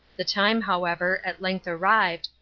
the time, however, at length arrived,